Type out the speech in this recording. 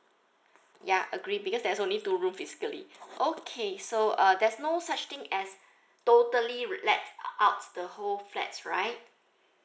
ya agree because there's only two room physically okay so uh there's no such thing as totally rent out the whole flat right